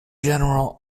general